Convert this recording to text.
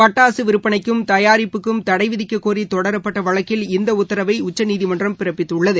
பட்டாக விற்பனைக்கும் தயாரிப்புக்கும் தடை விதிக்கக்கோரி தொடரப்பட்ட வழக்கில் இந்த உத்தரவை உச்சநீதிமன்றம் பிறப்பித்துள்ளது